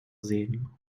sehen